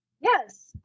Yes